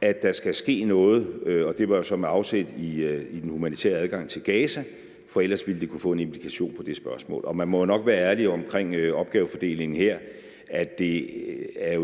at der skal ske noget, ned, og det var jo så med afsæt i den humanitære adgang til Gaza. For ellers ville det kunne få en implikation i forhold til det spørgsmål, og man må jo her nok være ærlig omkring opgavefordelingen, altså at det